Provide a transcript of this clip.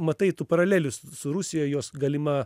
matai tų paralelių su rusija jos galima